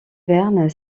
verne